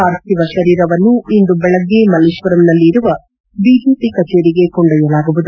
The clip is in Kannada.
ಪಾರ್ಥಿವ ಶರೀರವನ್ನು ಇಂದು ದೆಳಗ್ಗೆ ಮಲ್ಲೇಶ್ವರಂನಲ್ಲಿ ಇರುವ ಬಿಜೆಪಿ ಕಚೇರಿಗೆ ಕೊಂಡೊಯ್ಲಲಾಗುವುದು